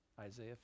Isaiah